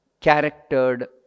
charactered